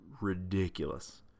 ridiculous